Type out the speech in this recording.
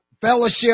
fellowship